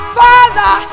father